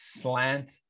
Slant